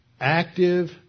active